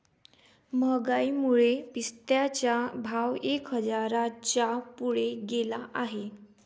महागाईमुळे पिस्त्याचा भाव एक हजाराच्या पुढे गेला आहे